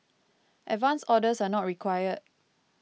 advance orders are not required